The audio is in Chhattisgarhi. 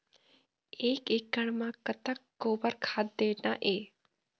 एक एकड़ म कतक गोबर खाद देना ये?